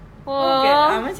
!wow!